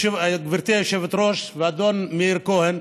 גברתי היושבת-ראש ואדון מאיר כהן,